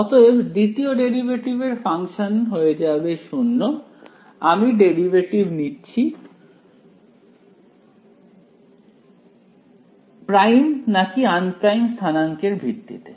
অতএব দ্বিতীয় ডেরিভেটিভ এই ফাংশনের হয়ে যাবে 0 আমি ডেরিভেটিভ নিচ্ছি প্রাইম নাকি আনপ্রাইম স্থানাঙ্কের ভিত্তিতে